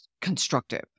constructive